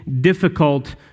difficult